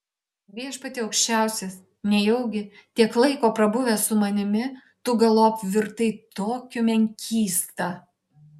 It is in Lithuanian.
viešpatie aukščiausias nejaugi tiek laiko prabuvęs su manimi tu galop virtai tokiu menkysta